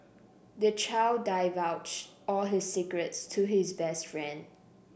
the child divulged all his secrets to his best friend